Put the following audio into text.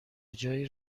جای